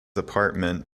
apartment